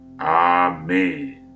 Amen